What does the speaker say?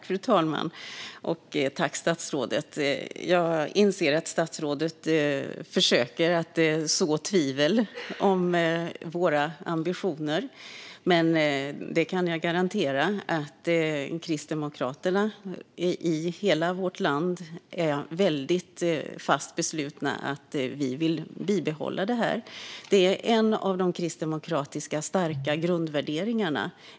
Fru talman! Jag inser att statsrådet försöker så tvivel om våra ambitioner, men jag kan garantera att Kristdemokraterna i hela vårt land är väldigt fast beslutna; vi vill bibehålla detta. Det handlar om flera starka kristdemokratiska grundvärderingar.